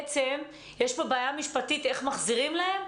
שיש פה בעיה משפטית איך מחזירים להם.